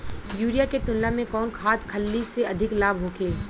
Urea के तुलना में कौन खाध खल्ली से अधिक लाभ होखे?